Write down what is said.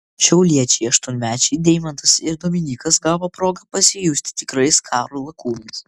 šiauliečiai aštuonmečiai deimantas ir dominykas gavo progą pasijusti tikrais karo lakūnais